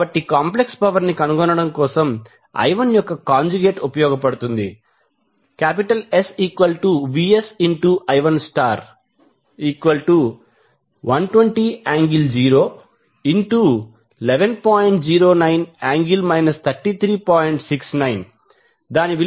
కాబట్టి complex power ని కనుగొనడం కోసంI1 యొక్క కాంజుగేట్ ఉపయోగ పడుతుంది SVSI1120∠011